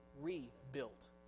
rebuilt